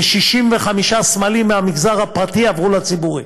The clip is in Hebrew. ו-65 סמלים מהמגזר הפרטי עברו לציבורי.